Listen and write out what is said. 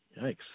Yikes